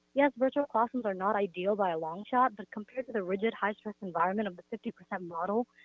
yes, virtual classrooms are not ideal by a long shot, but compared to the rigid high stress environment of the fifty percent model,